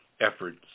efforts